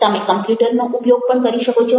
તમે કમ્પયૂટરનો ઉપયોગ પણ કરી શકો છો